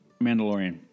Mandalorian